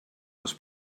les